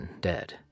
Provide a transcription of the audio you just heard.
dead